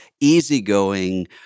easygoing